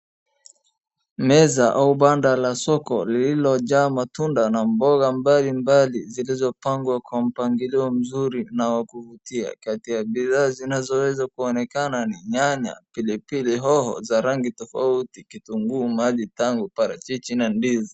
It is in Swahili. Meza au banda la soko, lililojaa matunda na mboga mbalimbali zilizo pangwa kwa mpangilio mzuri na wa kuvutia. Kati ya bidhaa zinazoweza kuonekana ni nyanya, pilipili hoho za rangi tofauti, kitunguu mali tamu, parachichi, na ndizi.